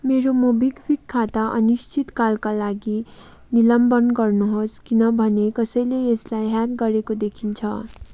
मेरो मोबिक्विक खाता अनिश्चितकालका लागि निलम्बन गर्नुहोस् किनभने कसैले यसलाई ह्याक गरेको देखिन्छ